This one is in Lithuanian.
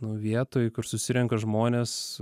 nu vietoj kur susirenka žmonės